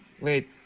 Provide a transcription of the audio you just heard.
wait